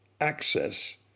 access